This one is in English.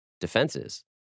defenses